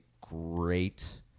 great